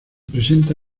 presenta